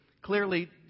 clearly